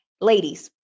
Ladies